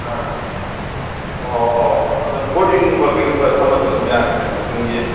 ꯑꯥ ꯑꯣ ꯍꯣꯏ ꯍꯣꯏ ꯍꯣꯏ ꯑꯗꯣ ꯕꯣꯔꯗꯤꯡꯒꯨꯝꯕ ꯀꯩꯒꯨꯝꯕ ꯊꯝꯃꯁꯨ ꯑꯗꯨꯝ ꯌꯥꯅꯤꯅ ꯁ꯭ꯀꯨꯜꯒꯤ